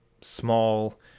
small